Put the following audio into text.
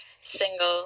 single